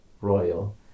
royal